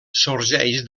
sorgeix